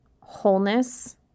wholeness